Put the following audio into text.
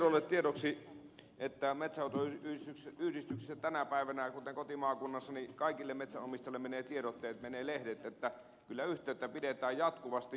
miedolle tiedoksi että metsänhoitoyhdistyksissä tänä päivänä esimerkiksi kotimaakunnassani kaikille metsänomistajille menee tiedotteet menee lehdet niin että kyllä yhteyttä pidetään jatkuvasti